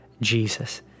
Jesus